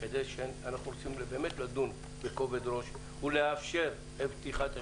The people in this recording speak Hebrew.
אנחנו באמת רוצים לדון בכובד ראש ולאפשר את פתיחת השמים.